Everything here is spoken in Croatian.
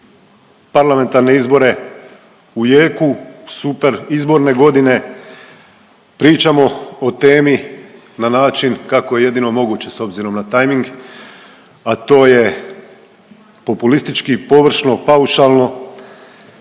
parlamentarne izbore u jeku super izborne godine pričamo o temi na način kako je jedino moguće s obzirom na tajming, a to je populistički, površno, paušalno